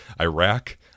Iraq